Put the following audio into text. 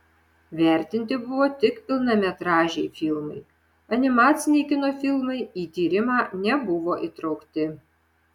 vertinti buvo tik pilnametražiai filmai animaciniai kino filmai į tyrimą nebuvo įtraukti